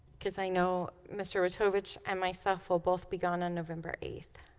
because i know mr. wojtovich and myself will both be gone on november eighth